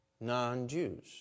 non-Jews